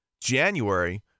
January